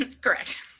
Correct